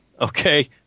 okay